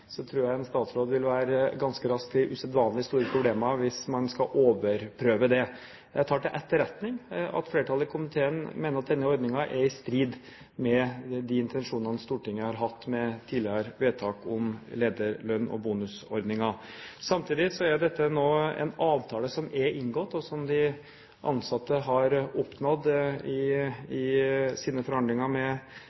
tror jeg en statsråd ganske raskt vil være i usedvanlig store problemer hvis han skal overprøve det. Jeg tar til etterretning at flertallet i komiteen mener at denne ordningen er i strid med de intensjonene Stortinget har hatt med tidligere vedtak om lederlønn og bonusordninger. Samtidig er dette nå en avtale som er inngått, og som de ansatte har oppnådd i